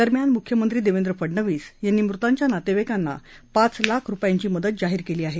दरम्यान म्ख्यमंत्री देवेंद्र फडनवीस यांनी मृतांच्या नातेवाईकांना पाच लाख रुपयांची मदत जाहीर केली आहे